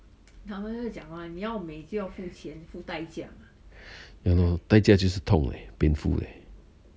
ya lor 代价就是痛 leh painful leh